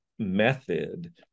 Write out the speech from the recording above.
method